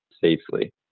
safely